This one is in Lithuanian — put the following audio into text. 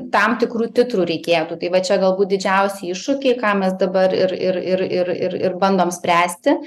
tam tikrų titrų reikėtų tai va čia galbūt didžiausi iššūkiai ką mes dabar ir ir ir ir ir bandom spręsti